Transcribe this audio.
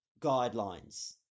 guidelines